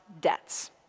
debts